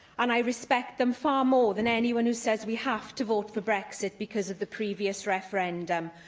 and i respect them far more than anyone who says we have to vote for brexit because of the previous referendum.